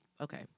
Okay